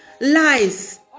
lies